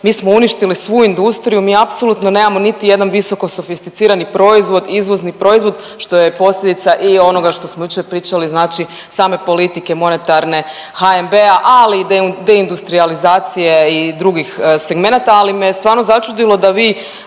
mi smo uništili svu industriju, mi apsolutno nemamo niti jedan visoko sofisticirani proizvod, izvozni proizvod što je posljedica i onoga što smo jučer pričali same politike monetarne HNB-a, ali i deindustrijalizacije i drugih segmenata. Ali me stvarno začudilo da vi